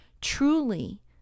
Truly